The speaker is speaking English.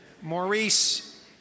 Maurice